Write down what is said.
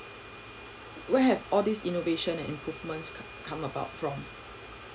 where have all these innovations and improvements come about from